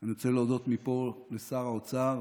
אני רוצה להודות מפה לשר האוצר.